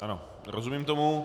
Ano, rozumím tomu.